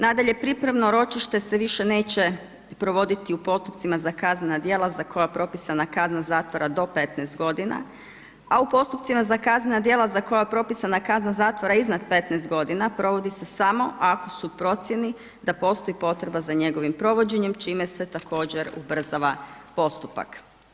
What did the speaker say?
Nadalje, pripremno ročište se više neće provoditi u postupcima za kaznena djela za koja je propisana kazna zatvora do 15 godina, a u postupcima za kaznena djela za koja je propisana kazna zatvora iznad 15 godina provodi se samo ako su u procijeni da postoji potreba za njegovim provođenjem čime se također ubrzava postupak.